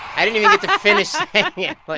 i didn't even get to finish yeah but